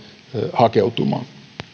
hakeutumaan